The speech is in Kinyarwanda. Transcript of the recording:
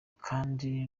kandi